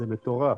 זה מטורף,